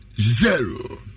zero